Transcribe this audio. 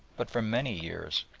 but for many years.